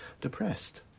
depressed